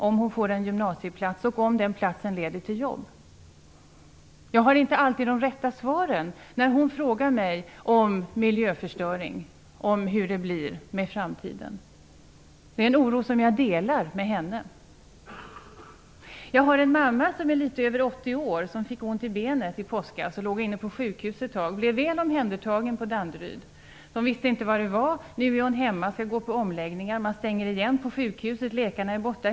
Får hon en gymnasieplats? Kommer den platsen att leda till jobb? Jag har inte alltid de rätta svaren när hon frågar mig om miljöförstöring, om hur det blir med framtiden. Det är en oro som jag delar med henne. Jag har en mamma som är litet över 80 år och som fick ont i benet i påskas. Hon låg inne på sjukhus ett tag, blev väl omhändertagen på Danderyd. De visste inte vad det var. Nu är hon hemma, men skall gå på omläggningar. Men man stänger igen på sjukhuset. Läkarna är borta.